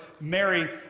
Mary